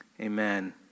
amen